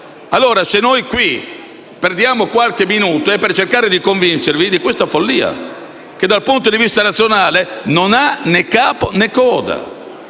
modificherà. Se perdiamo qualche minuto è per cercare di convincervi di una follia che, dal punto di vista razionale, non ha né capo né coda.